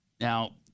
Now